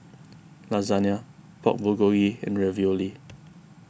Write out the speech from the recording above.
Lasagna Pork Bulgogi and Ravioli